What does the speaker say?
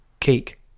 Cake